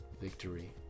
victory